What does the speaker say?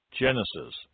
Genesis